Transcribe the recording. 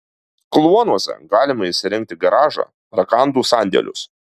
kluonuose galima įsirengti garažą rakandų sandėlius